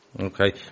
Okay